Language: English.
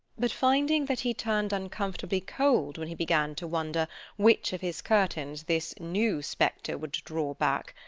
but finding that he turned uncomfortably cold when he began to wonder which of his curtains this new spectre would draw back,